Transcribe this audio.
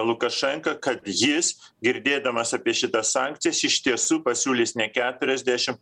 lukašenką kad jis girdėdamas apie šitas sankcijas iš tiesų pasiūlys ne keturiasdešim